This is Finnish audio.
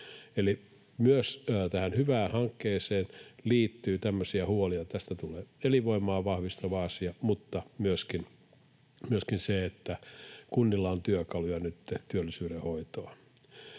myös tähän hyvään hankkeeseen liittyy tämmöisiä huolia. Tästä tulee elinvoimaa vahvistava asia, mutta myöskin se, että kunnilla on työkaluja nytten työllisyyden hoitoon.